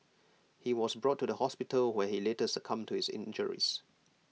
he was brought to the hospital when he later succumbed to his injuries